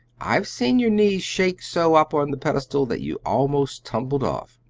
i've seen your knees shake so up on the pedestal that you almost tumbled off.